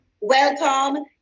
Welcome